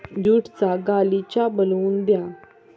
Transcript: ज्यूटचा गालिचा बनवून घ्या